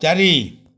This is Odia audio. ଚାରି